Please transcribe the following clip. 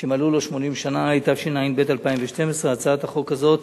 שמלאו לו 80 שנים), התשע"ב 2012. הצעת החוק הזאת,